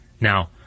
Now